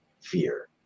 fear